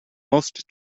most